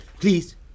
please